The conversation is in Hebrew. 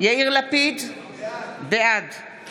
יעזרו לחברי האופוזיציה ביחד בעבודה הגדולה של ועדות